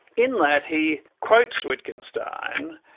in that he quotes wittgenstein,